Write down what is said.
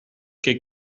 que